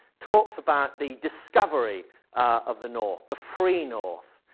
talks about the discovery of the north, the free north,